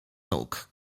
nóg